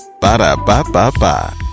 Ba-da-ba-ba-ba